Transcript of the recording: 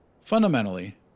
Fundamentally